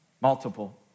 Multiple